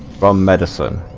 bar medicine